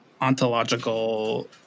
ontological